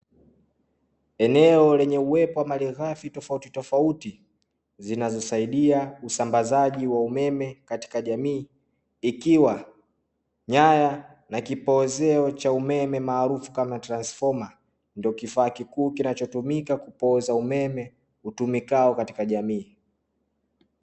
Eneo lenye uwepo wa malighafi tofauti tofauti zinazosaidia usambazaji wa umeme katika jamii ikiwa nyaya na kipoozeo cha umeme maarufu kama transifoma ndo kifaa kikuu kinachotumika kupooza umeme utumikao katika jamii.